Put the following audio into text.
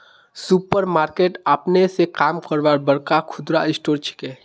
super market अपने स काम करवार बड़का खुदरा स्टोर छिके